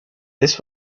this